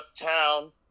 uptown